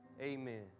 Amen